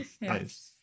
Nice